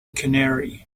canary